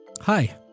Hi